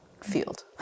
field